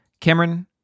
Cameron